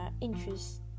interest